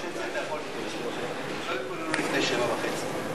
ההצעה להעביר את הצעת חוק לתיקון פקודת התעבורה (מס' 103)